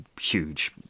huge